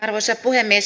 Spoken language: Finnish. arvoisa puhemies